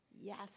Yes